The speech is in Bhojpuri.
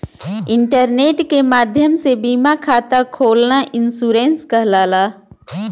इंटरनेट के माध्यम से बीमा खाता खोलना ई इन्शुरन्स कहलाला